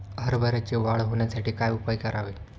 हरभऱ्याची वाढ होण्यासाठी काय उपाय करावे?